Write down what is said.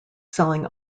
selling